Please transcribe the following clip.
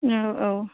औ औ